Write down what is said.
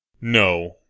No